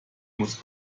muss